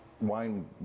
wine